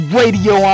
Radio